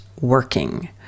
working